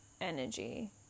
energy